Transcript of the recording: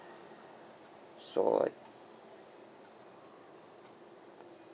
so I